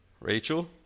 Rachel